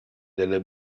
delle